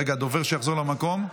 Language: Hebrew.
רגע, הדובר, שיחזור למקום.